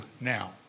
now